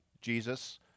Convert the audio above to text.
Jesus